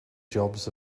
jobs